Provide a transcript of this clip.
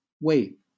wait